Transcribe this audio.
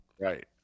Right